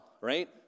right